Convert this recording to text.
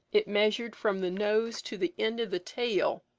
it measured from the nose to the end of the tail,